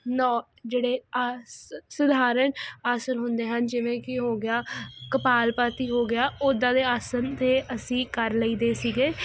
ਨੋ ਜਿਹੜੇ ਆ ਸਾਧਾਰਨ ਅਸਰ ਹੁੰਦੇ ਹਨ ਜਿਵੇਂ ਕੀ ਹੋ ਗਿਆ ਕਪਾਲਭਾਤੀ ਹੋ ਗਿਆ ਓਦਾਂ ਦੇ ਆਸਣ ਤੇ ਅਸੀਂ ਕਰ ਲਈਦੇ ਸੀਗੇ